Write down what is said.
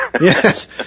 Yes